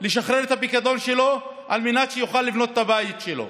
לשחרר את הפיקדון שלו גם על מנת שיוכל לבנות את הבית שלו.